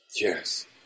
Yes